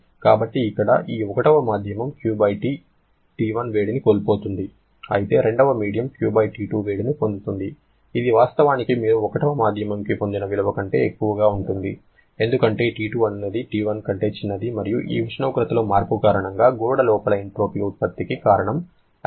కాబట్టి ఇక్కడ ఈ 1 వ మాధ్యమం QT1 వేడిని కోల్పోతోంది అయితే 2 వ మీడియం QT2 వేడిని పొందుతోంది ఇది వాస్తవానికి మీరు 1 వ మాధ్యమంకి పొందిన విలువ కంటే ఎక్కువగా ఉంటుంది ఎందుకంటే T2 అనునది T1 కంటే చిన్నది మరియు ఈ ఉష్ణోగ్రతలో మార్పు కారణంగా గోడ లోపల ఎంట్రోపీ ఉత్పత్తికి కారణం అయింది